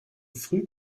früh